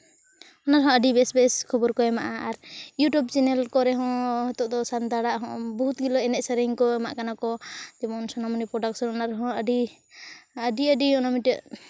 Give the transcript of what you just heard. ᱚᱱᱟ ᱨᱮᱦᱚᱸ ᱟᱹᱰᱤ ᱵᱮᱥ ᱵᱮᱥ ᱠᱷᱚᱵᱚᱨ ᱠᱚ ᱮᱢᱟᱜᱼᱟ ᱟᱨ ᱤᱭᱩᱴᱩᱵᱽ ᱪᱮᱱᱮᱞ ᱠᱚᱨᱮ ᱦᱚᱸ ᱱᱤᱛᱳᱜ ᱫᱚ ᱥᱟᱱᱛᱟᱲᱟᱜ ᱵᱚᱦᱩᱛ ᱜᱤᱞᱟᱹ ᱮᱱᱮᱡ ᱥᱮᱨᱮᱧ ᱠᱚ ᱮᱢᱟᱜ ᱠᱟᱱᱟ ᱠᱚ ᱡᱮᱢᱚᱱ ᱥᱳᱱᱟᱢᱚᱱᱤ ᱯᱨᱳᱰᱟᱠᱥᱚᱱ ᱚᱱᱟ ᱨᱮᱦᱚᱸ ᱟᱹᱰᱤ ᱟᱹᱰᱤ ᱟᱹᱰᱤ ᱚᱱᱮ ᱢᱤᱫᱴᱮᱡ